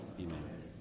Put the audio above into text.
Amen